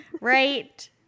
right